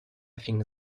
think